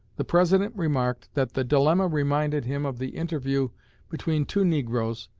the president remarked that the dilemma reminded him of the interview between two negroes,